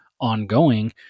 ongoing